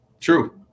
True